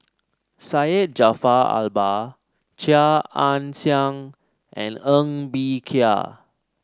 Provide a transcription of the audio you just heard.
Syed Jaafar Albar Chia Ann Siang and Ng Bee Kia